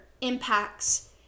impacts